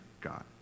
God